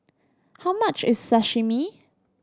how much is Sashimi